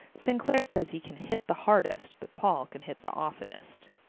st. clair says he can hit the hardest but paul can hit the oftenest